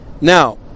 Now